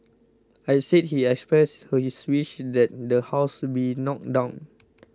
I said he expressed his wish that the house be knocked down